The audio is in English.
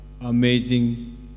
amazing